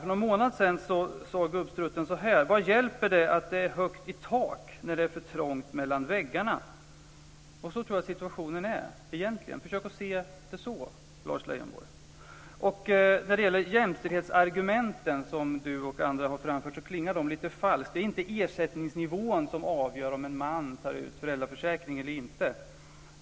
För någon månad sedan sade Gubbstrutten så här: Vad hjälper det att det är högt i tak när det är för trångt mellan väggarna? Så tror jag att situationen egentligen är. Försök att se det så, Lars Leijonborg. De jämställdhetsargument som Lars Leijonborg och andra har fört fram klingar lite falskt. Det är inte ersättningsnivån som avgör om en man tar ut föräldraförsäkring eller inte.